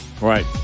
Right